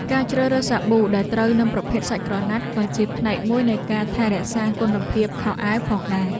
ការជ្រើសរើសសាប៊ូដែលត្រូវនឹងប្រភេទសាច់ក្រណាត់ក៏ជាផ្នែកមួយនៃការថែរក្សាគុណភាពខោអាវផងដែរ។